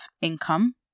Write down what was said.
income